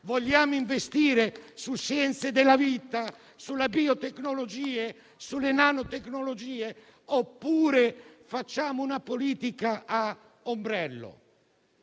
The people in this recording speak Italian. Vogliamo investire sulle scienze della vita, sulle biotecnologie, sulle nanotecnologie oppure facciamo una politica a ombrello?